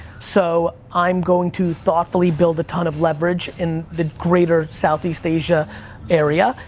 so i'm going to thoughtfully build a ton of leverage in the greater southeast asia area,